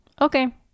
Okay